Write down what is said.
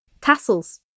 tassels